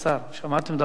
שמעתם דבר כזה?